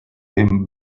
him